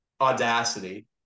audacity